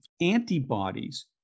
antibodies